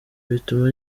bituma